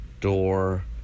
door